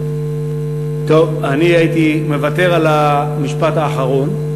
טוב, אני הייתי מוותר על המשפט האחרון,